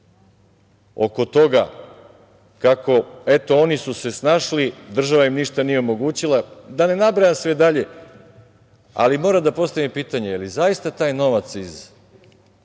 oko toga kako, eto, oni su se snašli, država im ništa nije omogućila, da ne nabrajam sve dalje, ali moram da postavim pitanje da li je zaista taj novac iz